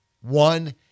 One